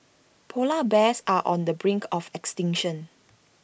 Polar Bears are on the brink of extinction